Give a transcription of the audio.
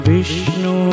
Vishnu